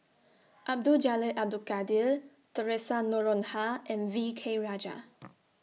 Abdul Jalil Abdul Kadir Theresa Noronha and V K Rajah